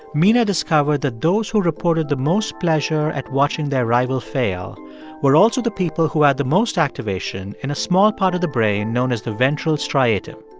mina discovered that those who reported the most pleasure at watching their rival fail were also the people who had the most activation in a small part of the brain known as the ventral striatum.